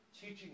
teaching